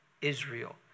Israel